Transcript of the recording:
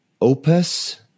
Opus